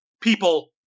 people